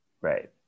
Right